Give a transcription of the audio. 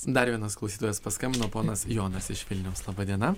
dar vienas klausytojas paskambino ponas jonas iš vilniaus laba diena